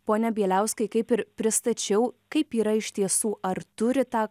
pone bieliauskai kaip ir pristačiau kaip yra iš tiesų ar turi tą